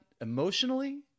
emotionally